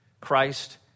Christ